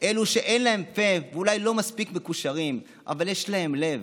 אלו שאין להם פה ואולי לא מספיק מקושרים אבל יש להם לב,